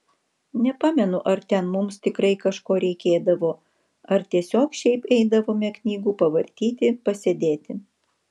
nepamenu ar ten mums tikrai kažko reikėdavo ar tiesiog šiaip eidavome knygų pavartyti pasėdėti